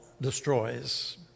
destroys